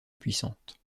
puissante